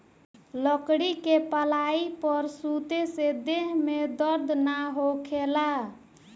लकड़ी के पलाई पर सुते से देह में दर्द ना होखेला